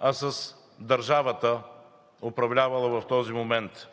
а с държавата, управлявала в този момент.